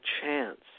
chance